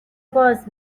باز